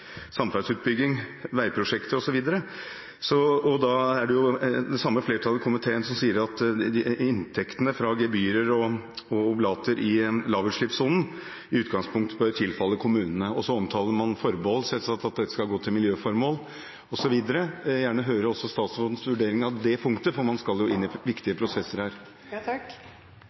veiprosjekter osv. Det samme flertallet i komiteen sier at inntektene fra gebyrer og oblater i lavutslippssonen i utgangspunktet bør tilfalle kommunene. Så omtaler man selvsagt forbehold om at dette skal gå til miljøformål osv. Jeg vil gjerne høre statsrådens vurdering av også det punktet, for man skal jo inn i viktige prosesser